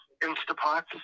instapots